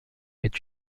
est